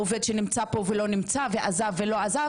רשות האוכלוסין היא המופקדת לסוגייה הזאת,